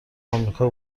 آمریکا